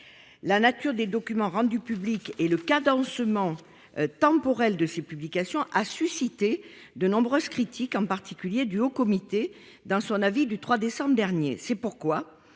la nature des documents rendus publics et le cadencement temporel de ces publications ont suscité de nombreuses critiques, en particulier de la part du Haut Comité dans son avis du 3 décembre dernier. C’est pourquoi